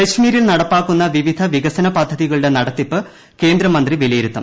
കശ്മീരിൽ നടപ്പാക്കുന്ന വിവിധ വികസന പദ്ധതികളുടെ നടത്തിപ്പ് കേന്ദ്രമന്ത്രി വിലയിരുത്തും